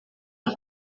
ngo